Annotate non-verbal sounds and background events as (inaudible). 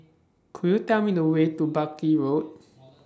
(noise) Could YOU Tell Me The Way to Buckley Road